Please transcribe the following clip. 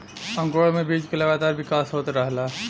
अंकुरण में बीज क लगातार विकास होत रहला